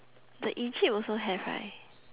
the egypt also have right